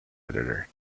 editor